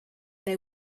they